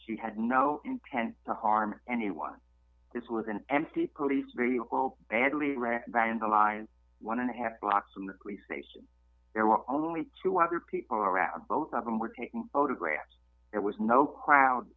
she had no intent to harm anyone this was an empty police vehicle badly vandalized one and a half block from the police station there were only two other people around both of them were taking photographs it was no crowd